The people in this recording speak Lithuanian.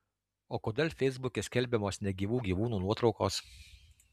o kodėl feisbuke skelbiamos negyvų gyvūnų nuotraukos